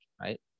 right